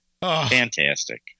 fantastic